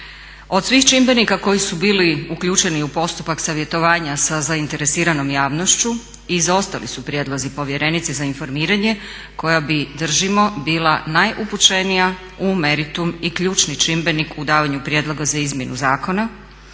Od svih čimbenika koji su bili uključeni u postupak savjetovanja sa zainteresiranom javnošću izostali su prijedlozi povjerenice za informiranje koja bi držimo bila najupućenija u meritum i ključni čimbenik u davanju prijedloga za izmjenu zakona